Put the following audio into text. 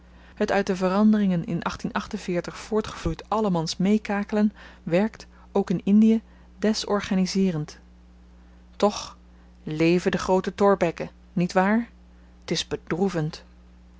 het uit de veranderingen in voortgevloeid allemans meekakelen werkt ook in indie desorganizeerend toch leve de groote thorbecke niet waar t is bedroevend